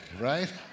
right